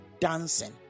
dancing